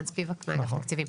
מעין ספיבק מאגף תקציבים.